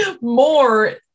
More